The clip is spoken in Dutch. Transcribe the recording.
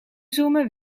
zoomen